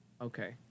Okay